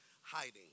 Hiding